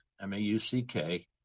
M-A-U-C-K